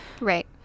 right